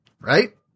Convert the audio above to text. right